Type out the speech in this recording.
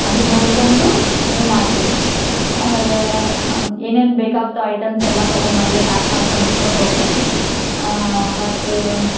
ಅದನ್ನು ನೋಡಿಕೊಂಡು ಇದು ಮಾಡ್ತೀವಿ ಆಮೇಲೆ ಏನೇನು ಬೇಕಾಗ್ತವೆ ಐಟಮ್ಸ್ ಎಲ್ಲ ತಗೊಂಡು ಮೊದಲೇ ಪ್ಯಾಕ್ ಮಾಡ್ಕೊಂಡು ಇಟ್ಕೊಂಡು ಹೋಗ್ತೀನಿ ಮತ್ತು